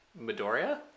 Midoriya